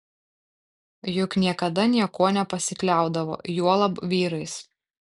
juk niekada niekuo nepasikliaudavo juolab vyrais